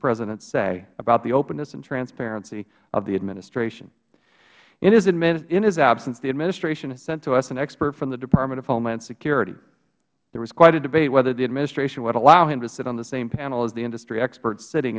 president say about the openness and transparency of the administration in his absence the administration has sent us an expert from the department of homeland security there was quite a debate whether the administration would allow him to sit on the same panel as the industry experts sitting